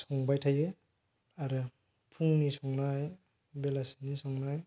संबाय थायो आरो फुंनि संनाय बेलासिनि संनाय